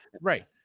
right